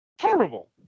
Horrible